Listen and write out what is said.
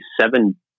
seven